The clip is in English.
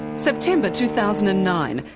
september, two thousand and nine.